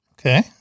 Okay